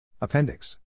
Appendix